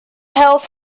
health